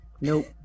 nope